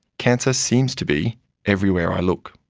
cancer seems to be everywhere i look.